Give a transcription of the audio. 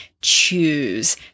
choose